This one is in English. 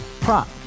prop